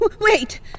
Wait